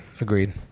Agreed